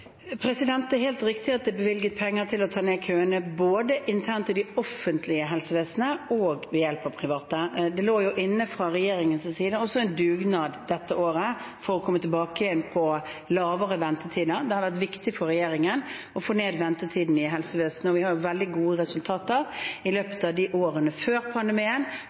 Det er helt riktig at det er bevilget penger til å ta ned køene både internt i det offentlige helsevesenet og ved hjelp av private. Det lå jo inne fra regjeringens side også en dugnad dette året for å komme tilbake igjen på kortere ventetider. Det har vært viktig for regjeringen å få ned ventetiden i helsevesenet, og vi har veldig gode resultater i løpet av årene før pandemien